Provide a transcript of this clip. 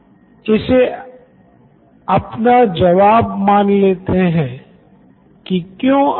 Siddharth Maturi CEO Knoin electronics पर इस बात ठीक से पता कैसे करेंगे